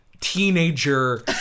teenager